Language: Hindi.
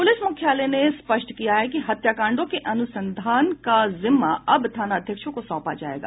प्रलिस मुख्यालय ने स्पष्ट किया है कि हत्याकांडों के अनुसंधान का जिम्मा अब थानाध्यक्षों को सौंपा जायेगा